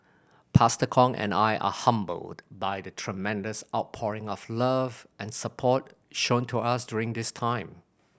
Pastor Kong and I are humbled by the tremendous outpouring of love and support shown to us during this time